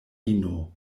ino